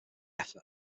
effort